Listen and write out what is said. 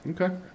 Okay